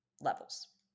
levels